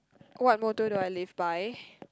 what motto do I live by